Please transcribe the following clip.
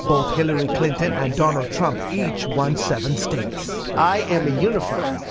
both hillary clinton and donald trump each one seven states. i am a unifyer.